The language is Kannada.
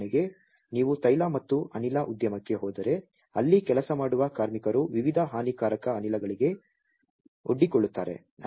ಉದಾಹರಣೆಗೆ ನೀವು ತೈಲ ಮತ್ತು ಅನಿಲ ಉದ್ಯಮಕ್ಕೆ ಹೋದರೆ ಅಲ್ಲಿ ಕೆಲಸ ಮಾಡುವ ಕಾರ್ಮಿಕರು ವಿವಿಧ ಹಾನಿಕಾರಕ ಅನಿಲಗಳಿಗೆ ಒಡ್ಡಿಕೊಳ್ಳುತ್ತಾರೆ